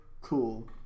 Cool